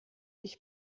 ich